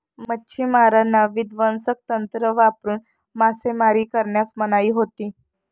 मच्छिमारांना विध्वंसक तंत्र वापरून मासेमारी करण्यास मनाई होती